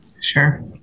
Sure